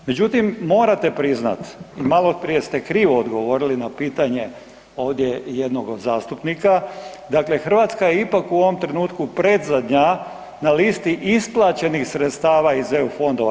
Međutim, morate priznat i maloprije ste krivo odgovorili na pitanje ovdje jednog od zastupnika, dakle Hrvatska je ipak u ovom trenutku predzadnja na listi isplaćenih sredstava iz EU fondova.